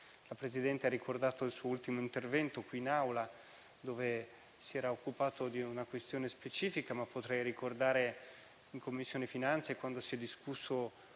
Il Presidente ha ricordato il suo ultimo intervento, qui in Aula, in cui si era occupato di una questione specifica, ma potrei ricordare quando in Commissione finanze e tesoro si è discusso